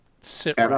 sit